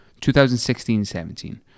2016-17